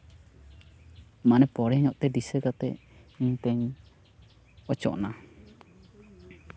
ᱢᱟᱱᱮ ᱯᱚᱨᱮᱧᱚᱜ ᱛᱮ ᱫᱤᱥᱟᱹ ᱠᱟᱛᱮᱫ ᱤᱧᱛᱮᱧ ᱚᱪᱚᱜᱼᱮᱱᱟ